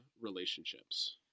relationships